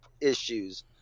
issues